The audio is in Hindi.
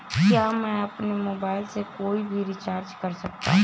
क्या मैं अपने मोबाइल से कोई भी रिचार्ज कर सकता हूँ?